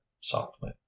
softly